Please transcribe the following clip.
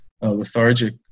lethargic